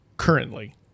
Currently